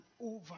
over